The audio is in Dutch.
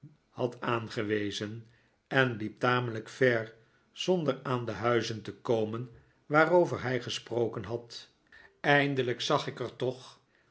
had aangewezen en liep tamelijk ver zonder aan de huizen te komen waarover hij gesproken had eindelijk zag ik er toch